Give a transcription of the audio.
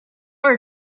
were